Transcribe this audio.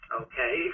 okay